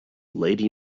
lady